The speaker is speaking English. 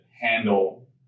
handle